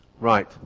Right